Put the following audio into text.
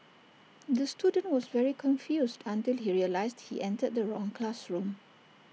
the student was very confused until he realised he entered the wrong classroom